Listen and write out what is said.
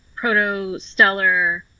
protostellar